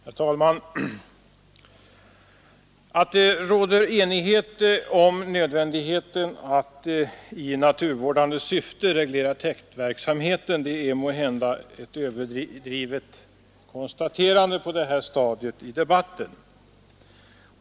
Herr talman! Att det råder enighet om nödvändigheten av att i naturvårdande syfte reglera täktverksamheten är måhända ett överdrivet konstaterande på det här stadiet av debatten.